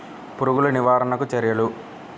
పురుగులు నివారణకు చర్యలు?